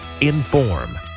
inform